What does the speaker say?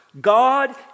God